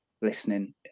listening